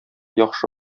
яхшы